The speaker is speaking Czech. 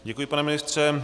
Děkuji, pane ministře.